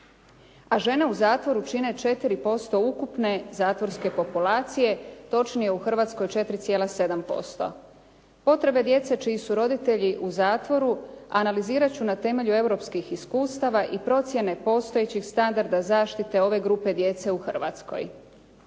a žene u zatvoru čine 4% ukupne zatvorske populacije, točnije u Hrvatskoj 4,7%. Potrebe djece čiji su roditelji u zatvoru analizirat ću na temelju europskih iskustava i procjene postojećih standarda zaštite ove grupe djece u Hrvatskoj.